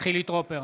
חילי טרופר,